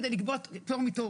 כדי לקבוע פטור מתור